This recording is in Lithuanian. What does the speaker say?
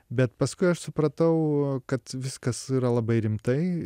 bet paskui aš supratau kad viskas yra labai rimtai